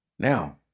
Now